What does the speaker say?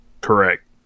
Correct